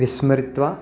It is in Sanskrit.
विस्मृत्य